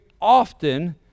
often